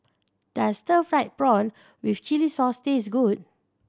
does stir fried prawn with chili sauce taste good